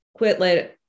Quitlet